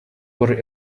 worry